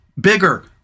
bigger